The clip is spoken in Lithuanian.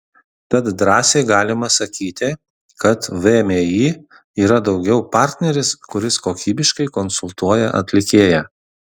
tad drąsiai galima sakyti kad vmi yra daugiau partneris kuris kokybiškai konsultuoja atlikėją